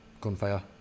gunfire